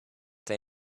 they